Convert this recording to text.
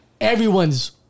everyone's